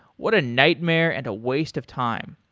what a nightmare and a waste of time.